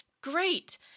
Great